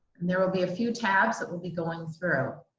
there will be a few tabs that we'll be going through.